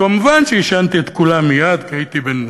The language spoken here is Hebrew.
כמובן שעישנתי את כולן מייד, כי הייתי בן,